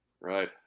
Right